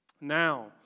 Now